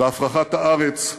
בהפרחת הארץ,